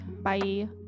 Bye